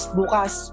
bukas